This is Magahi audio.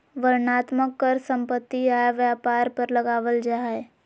वर्णनात्मक कर सम्पत्ति, आय, व्यापार पर लगावल जा हय